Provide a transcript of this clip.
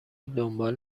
دنبال